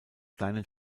kleinen